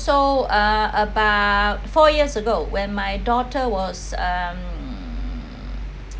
uh about four years ago when my daughter was um